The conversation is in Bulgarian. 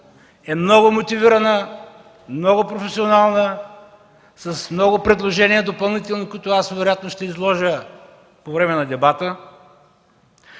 е много мотивирана, много професионална, с много допълнителни предложения, които аз вероятно ще изложа по време на дебата.